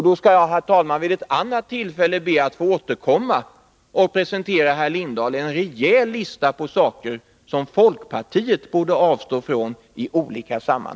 Då skall jag, herr talman, vid ett annat tillfälle be att få återkomma och presentera för Torkel Lindahl en rejäl lista på saker som folkpartiet borde avstå från.